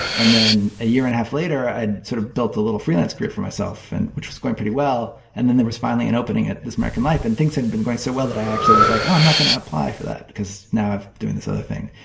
and then a year and a half later i had sort of built a little freelance career for myself, which was going pretty well. and then there was finally an opening at this american life and things had been going so well that i actually was like oh, i'm not going to apply for that because now i'm doing this other thing.